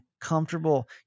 comfortable